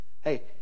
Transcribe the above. Hey